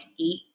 eight